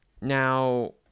now